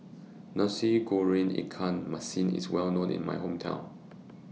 Nasi Goreng Ikan Masin IS Well known in My Hometown